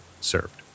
served